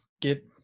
get